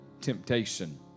temptation